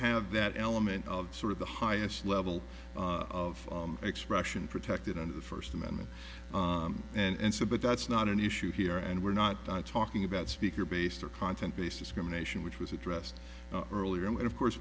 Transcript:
have that element of sort of the highest level of expression protected under the first amendment and so but that's not an issue here and we're not talking about speaker based or content based discrimination which was addressed earlier and of course